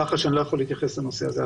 כך שאני לא יכול להתייחס לנושא הזה.